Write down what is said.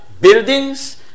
buildings